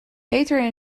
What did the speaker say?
peter